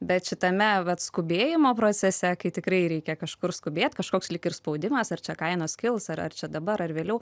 bet šitame vat skubėjimo procese kai tikrai reikia kažkur skubėti kažkoks lyg ir spaudimas ar čia kainos kils ar ar čia dabar ar vėliau